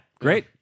great